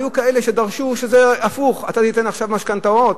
היו כאלה שדרשו שזה הפוך: אתה תיתן עכשיו משכנתאות,